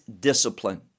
discipline